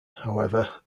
however